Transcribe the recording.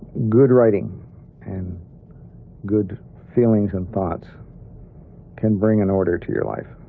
good writing and good feelings and thoughts can bring an order to your life,